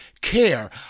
care